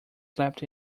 slept